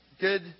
Good